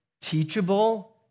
teachable